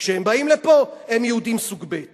כשהם באים לפה, הם יהודים סוג ב'.